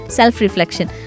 self-reflection